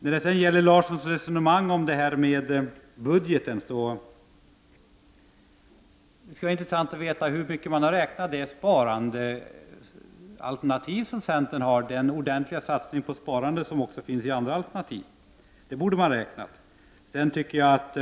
När det sedan gäller Allan Larssons resonemang om budgeten, skulle det vara intressant att veta hur mycket man räknat på centerns sparandealternativ och på de ordentliga satsningar på sparandet som också finns i andra alternativ. Det borde man räkna på. Sedan tycker jag att